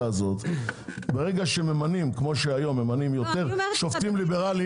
ברגע שממנים כמו שממנים היום יותר שופטים ליברליים